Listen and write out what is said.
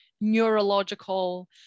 neurological